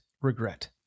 regret